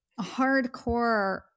hardcore